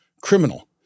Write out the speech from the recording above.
criminal